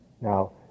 Now